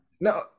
no